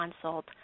consult